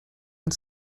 and